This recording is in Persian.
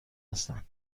هستند